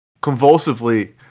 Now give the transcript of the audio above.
convulsively